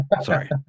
Sorry